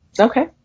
Okay